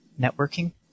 networking